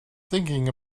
thinking